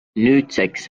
nüüdseks